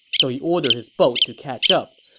so he ordered his boat to catch up.